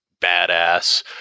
badass